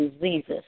diseases